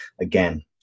again